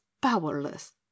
powerless